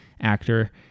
actor